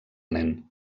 nen